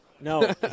No